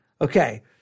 Okay